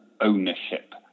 ownership